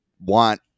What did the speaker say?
want